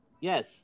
Yes